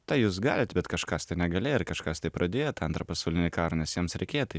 tai jūs galit bet kažkas tai negalėjo ir kažkas tai pradėjo tą antrą pasaulinį karą nes jiems reikėjo tai